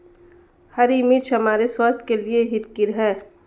हरी मिर्च हमारे स्वास्थ्य के लिए हितकर हैं